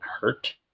hurt